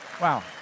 Wow